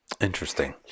interesting